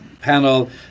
panel